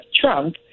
Trump